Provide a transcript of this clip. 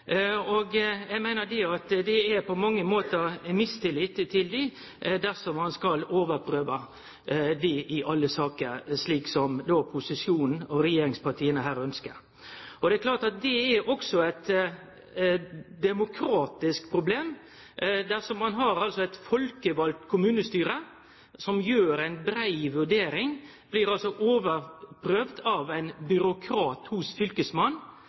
Eg meiner det på mange måtar er mistillit til dei dersom ein skal overprøve dei i alle saker, slik posisjonen og regjeringspartia her ønskjer. Det er klart at det også er eit demokratisk problem dersom ein har eit folkevalt kommunestyre som gjer ei brei vurdering, og som så blir overprøvd av ein byråkrat hos